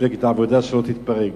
למפלגת העבודה שלא תתפרק.